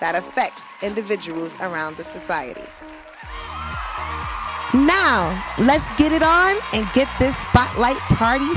that affects individuals around the society now let's get it on and get this spotlight ar